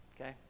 Okay